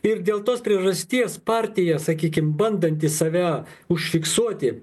ir dėl tos priežasties partija sakykim bandanti save užfiksuoti